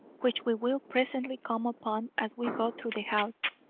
which we will presently come upon as we go through the house,